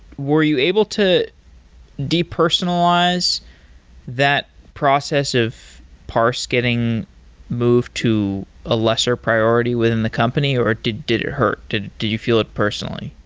were you able to depersonalize that process of parse getting moved to a lesser priority within the company, or did did it hurt? do you feel it personally?